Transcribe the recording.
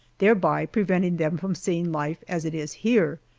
thereby preventing them from seeing life as it is here.